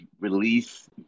release